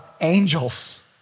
angels